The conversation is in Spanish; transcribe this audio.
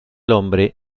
hombre